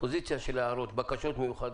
פוזיציה של הערות, בקשות מיוחדות.